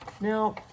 Now